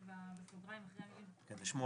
אז בסוגריים אחרי המילים --- 8א(5)(ג)